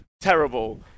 Terrible